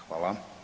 Hvala.